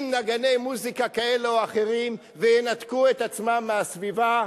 נגני מוזיקה כאלה או אחרים ולנתק את עצמם מהסביבה.